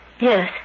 Yes